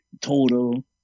Total